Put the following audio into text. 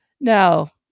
Now